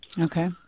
Okay